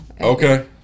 Okay